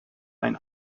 ein